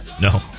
No